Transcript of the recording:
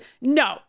no